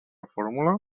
fórmula